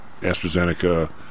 AstraZeneca